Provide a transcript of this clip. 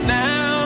now